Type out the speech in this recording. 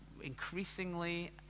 increasingly